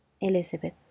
Elizabeth